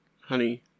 Honey